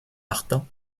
martin